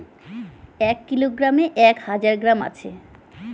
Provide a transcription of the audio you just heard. এক কিলোগ্রামে এক হাজার গ্রাম আছে